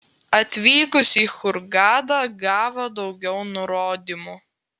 atvykus į hurgadą gavo daugiau nurodymų